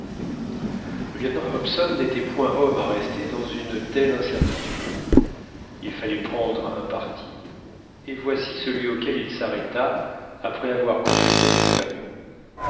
le lieutenant hobson n'était point homme à rester dans une telle incertitude il fallait prendre un parti et voici celui auquel il s'arrêta après avoir consulté ses compagnons